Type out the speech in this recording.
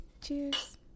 cheers